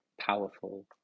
powerful